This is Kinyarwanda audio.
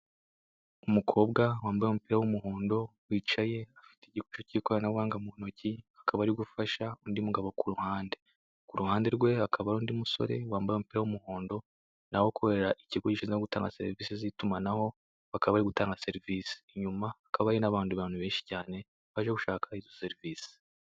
Umukobwa wambaye umupira w'umuhondo, wicaye afite igikoresho cy'ikoranabuhanga mu ntoki, akaba ari gufasha undi mugabo ku ruhande, ku ruhande rwe hakaba hari undi musore wambaye umupira w'umuhondo na we ukorera ikigo gishinzwe gutanga serivisi z'itumanaho bakaba bari gutanga serivisi, inyuma hakaba hari n'abandi bantu benshi cyane baje gushaka izo serivisi.